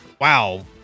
wow